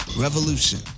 revolution